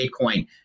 Bitcoin